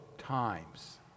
Times